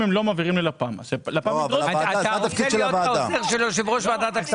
אם הם לא מעבירים ללפ"ם- -- רוצה להיות העוזר של יושב-ראש ועדת הכספים?